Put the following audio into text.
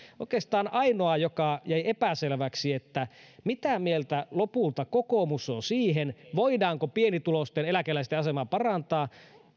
oikeastaan ainoa asia joka jäi epäselväksi oli mitä mieltä lopulta kokoomus on siitä voidaanko pienituloisten eläkeläisten asemaa parantaa